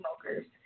smokers